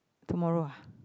tomorrow ah